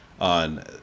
on